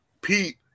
Pete